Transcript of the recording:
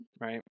Right